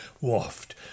waft